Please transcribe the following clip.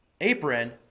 apron